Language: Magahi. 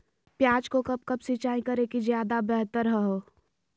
प्याज को कब कब सिंचाई करे कि ज्यादा व्यहतर हहो?